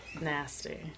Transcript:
nasty